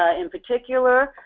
ah in particular,